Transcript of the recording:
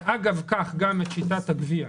ואגב כך גם את שיטת הגבייה.